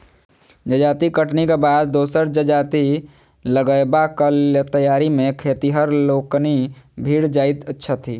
जजाति कटनीक बाद दोसर जजाति लगयबाक तैयारी मे खेतिहर लोकनि भिड़ जाइत छथि